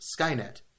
Skynet